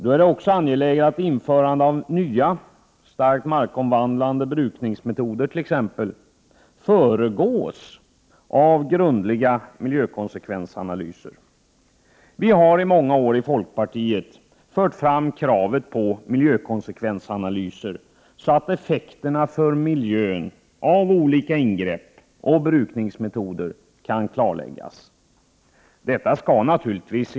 Nu är det också angeläget att införandet av nya starkt markomvandlande brukningsmetoder t.ex. föregås av grundliga miljökonsekvensanalyser. Vi i folkpartiet har under många år upprepat vårt krav på miljökonsekvensanalyser, eftersom vi vill att effekterna på miljön av de olika ingreppen och brukningsmetoderna skall kunna klarläggas.